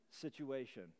situation